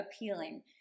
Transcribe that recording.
appealing